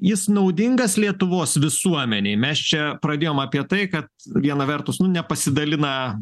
jis naudingas lietuvos visuomenei mes čia pradėjom apie tai kad viena vertus nepasidalina